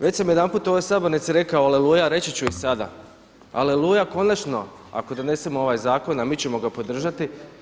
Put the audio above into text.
Već sam jedanput u ovoj sabornici rekao aleluja, reći ću i sada, aleluja konačno ako donesemo ovaj zakon a mi ćemo ga podržati.